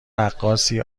رقاصی